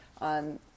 on